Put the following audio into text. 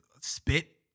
spit